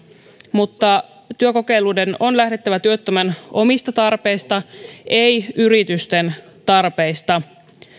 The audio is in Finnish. mutta työkokeiluiden on lähdettävä työttömän omista tarpeista ei yritysten tarpeista